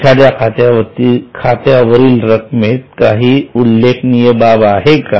एखाद्या खात्यावरील रकमेत काही उल्लेखनीय बाब आहे का